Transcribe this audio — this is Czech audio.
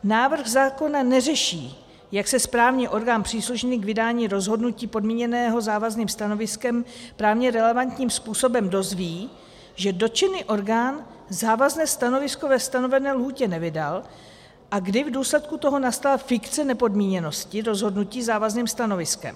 Návrh zákona neřeší, jak se správní orgán příslušný k vydání rozhodnutí podmíněného závazným stanoviskem právně relevantním způsobem dozví, že dotčený orgán závazné stanovisko ve stanovené lhůtě nevydal, a kdy v důsledku toho nastala fikce nepodmíněnosti rozhodnutí závazným stanoviskem.